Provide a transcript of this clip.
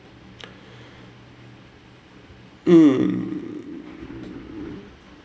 mm